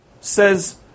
says